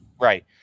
right